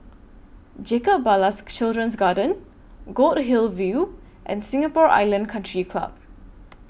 Jacob Ballas Children's Garden Goldhill View and Singapore Island Country Club